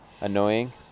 annoying